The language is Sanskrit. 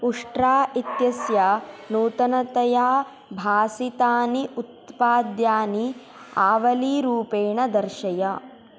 उष्ट्रा इत्यस्य नूतनतया भासितानि उत्पाद्यानि आवलीरूपेण दर्शय